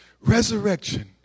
Resurrection